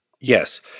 Yes